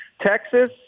Texas